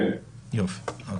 כן, כן.